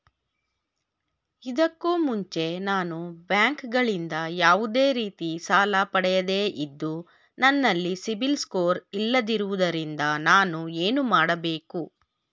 ಇದಕ್ಕೂ ಮುಂಚೆ ನಾನು ಬ್ಯಾಂಕ್ ಗಳಿಂದ ಯಾವುದೇ ರೀತಿ ಸಾಲ ಪಡೆಯದೇ ಇದ್ದು, ನನಲ್ಲಿ ಸಿಬಿಲ್ ಸ್ಕೋರ್ ಇಲ್ಲದಿರುವುದರಿಂದ ನಾನು ಏನು ಮಾಡಬೇಕು?